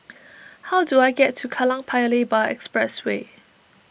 how do I get to Kallang Paya Lebar Expressway